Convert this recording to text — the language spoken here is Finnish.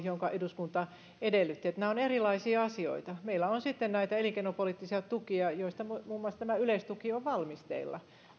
jonka eduskunta edellytti nämä ovat erilaisia asioita meillä on sitten näitä elinkeinopoliittisia tukia joista muun muassa tämä yleistuki on valmisteilla